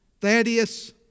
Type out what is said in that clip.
Thaddeus